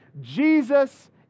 Jesus